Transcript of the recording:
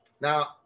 Now